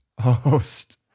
host